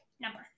number